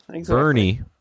Bernie